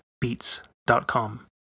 beats.com